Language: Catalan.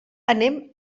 anem